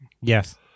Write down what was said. Yes